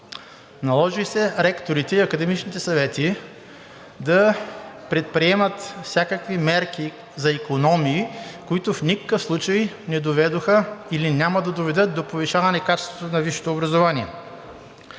Наложи се ректорите и академичните съвети да предприемат всякакви мерки за икономии, които в никакъв случай не доведоха или няма да доведат до повишаване качеството на висшето образование,